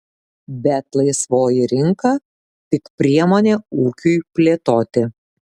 bet laisvoji rinka tik priemonė ūkiui plėtoti